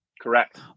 Correct